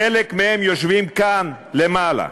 חלק מהם יושבים כאן למעלה,